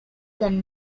than